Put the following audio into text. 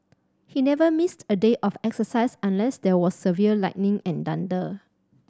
he never missed a day of exercise unless there was severe lightning and thunder